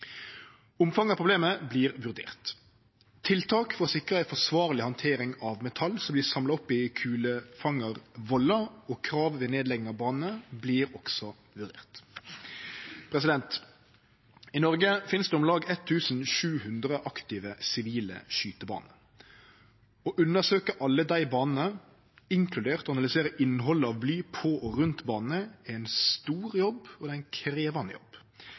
problemet vert vurdert. Tiltak for å sikre ei forsvarleg handtering av metall som vert samla opp i kulefangarvollar og krav ved nedlegging av baner vert også vurderte. I Noreg finst det om lag 1 700 aktive sivile skytebaner. Å undersøkje alle dei banene, inkludert å analysere innhaldet av bly på og rundt banene, er ein stor jobb, og det er ein krevjande jobb.